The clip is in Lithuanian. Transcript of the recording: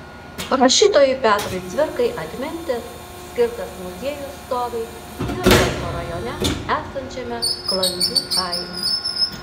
rašytojui petrui cvirkai atminti skirtas muziejus stovi jurbarko rajone esančiame klangių kaime